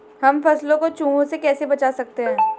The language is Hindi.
हम फसलों को चूहों से कैसे बचा सकते हैं?